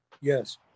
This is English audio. yes